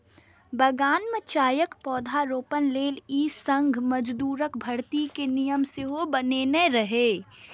बगान मे चायक पौधारोपण लेल ई संघ मजदूरक भर्ती के नियम सेहो बनेने रहै